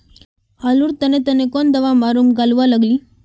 आलूर तने तने कौन दावा मारूम गालुवा लगली?